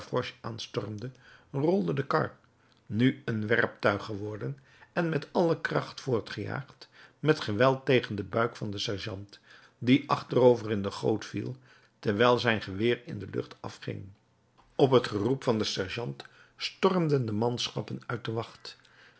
aanstormde rolde de kar nu een werptuig geworden en met alle kracht voortgejaagd met geweld tegen den buik van den sergeant die achterover in de goot viel terwijl zijn geweer in de lucht afging op het geroep van den sergeant stormden de manschappen uit de wacht